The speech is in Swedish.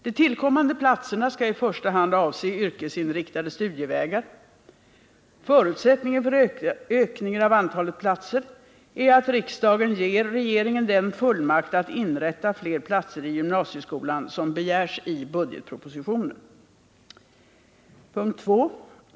De tillkommande platserna skall i första hand avse yrkesinriktade studievägar. Förutsättningen för ökningen av antalet platser är att riksdagen ger regeringen den fullmakt att inrätta fler platser i gymnasieskolan som begärs i budgetpropositionen. 2.